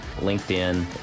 LinkedIn